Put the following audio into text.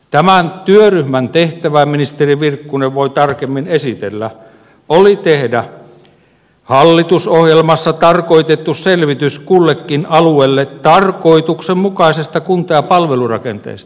tämän työryhmän tehtävä ministeri virkkunen voi tarkemmin esitellä oli tehdä hallitusohjelmassa tarkoitettu selvitys kullekin alueelle tarkoituksenmukaisesta kunta ja palvelurakenteesta